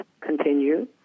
continue